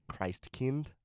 Christkind